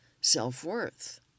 self-worth